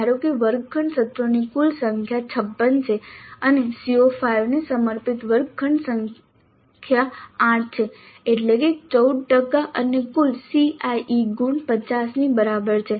ધારો કે વર્ગખંડ સત્રોની કુલ સંખ્યા 56 છે અને CO5 ને સમર્પિત વર્ગ ખંડ સત્રોની સંખ્યા 8 છે એટલે કે 14 ટકા અને કુલ CIE ગુણ 50 ની બરાબર છે